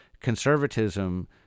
conservatism